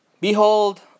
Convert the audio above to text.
Behold